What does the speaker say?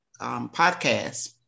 podcast